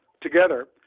together